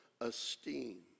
esteem